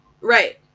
Right